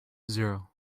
zero